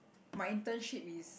my internship is